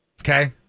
Okay